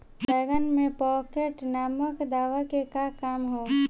बैंगन में पॉकेट नामक दवा के का काम ह?